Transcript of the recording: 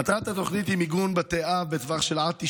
מטרת התוכנית היא מיגון בתי אב בטווח של עד 9